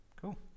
Cool